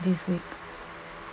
disney